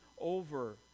over